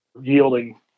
yielding